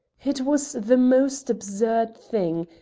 it was the most absurd thing,